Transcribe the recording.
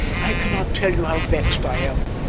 i cannot tell you how vexed i am.